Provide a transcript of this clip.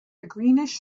greenish